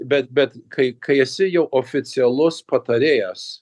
bet bet kai kai esi jau oficialus patarėjas